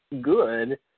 good